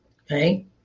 okay